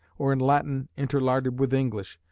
or in latin interlarded with english,